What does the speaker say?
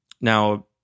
Now